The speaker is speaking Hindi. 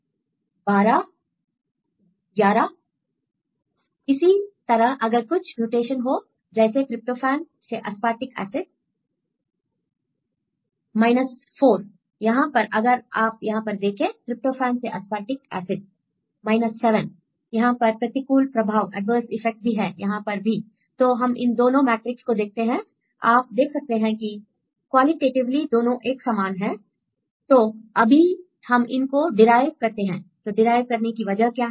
स्टूडेंट 11 11 इसी तरह अगर कुछ म्यूटेशन हो जैसे ट्रिप्टोफैन से अस्पर्टिक एसिड I स्टूडेंट 4 4 यहां पर अगर आप यहां पर देखें ट्रिप्टोफैन से अस्पर्टिक एसिड स्टूडेंट 7 7 यहां पर प्रतिकूल प्रभाव भी है यहां पर भी तो हम इन दोनों मैट्रिक्स को देखते हैं I आप देख सकते हैं कि क्वालिटेटिवली दोनों एक समान हैं I तोअभी हम इनको डिराइव करते हैं I तो डिराइव करने की वजह क्या है